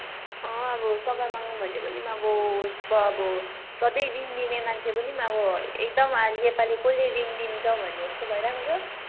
अँ अब सघाइमागौँ भने पनि अब पो अब सधैँ ऋण दिने मान्छे पनि अब एकदम योपालि कसले ऋण दिन्छ भनेजस्तो भइरहेको छ